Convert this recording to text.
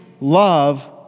love